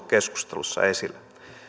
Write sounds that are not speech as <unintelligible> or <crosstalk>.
<unintelligible> keskustelussa esillä